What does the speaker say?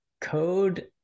code